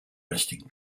resting